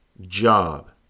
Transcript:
job